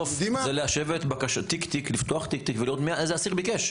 זה לפתוח תיק תיק ולראות איזה אסיר ביקש.